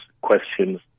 questions